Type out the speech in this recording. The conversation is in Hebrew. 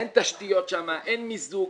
אין תשתיות שם, אין מיזוג.